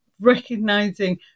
recognizing